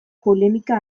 polemika